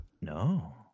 No